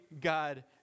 God